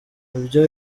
ibyo